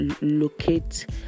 locate